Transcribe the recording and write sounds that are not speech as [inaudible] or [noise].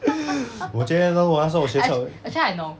[breath] 我觉得呢我要送我学校